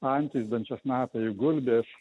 antys dančiasnapiai gulbės